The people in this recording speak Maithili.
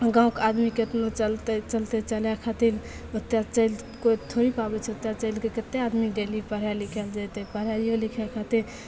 गाँवके आदमी केतनो चलतै चलतै चलै खातिर ओतए चलि केओ थोड़ी पाबैत छै ओतए चलिके कतेक आदमी डेली पढ़ए लिखए लए जैतै पढ़ैयो लिखै खातिर